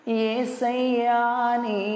yesayani